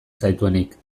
zaituenik